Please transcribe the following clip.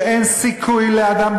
שאין סיכוי לאדם,